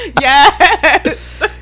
yes